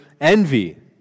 Envy